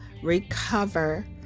recover